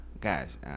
guys